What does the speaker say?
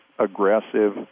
aggressive